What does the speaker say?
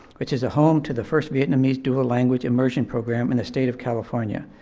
which is a home to the first vietnamese dual language immersion program in the state of california.